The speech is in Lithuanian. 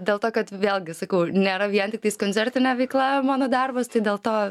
dėl to kad vėlgi sakau nėra vien tiktais koncertinė veikla mano darbas tai dėl to